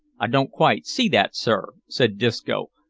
i don't quite see that, sir, said disco,